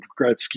Gretzky